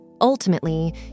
Ultimately